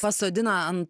pasodina ant